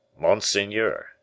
Monseigneur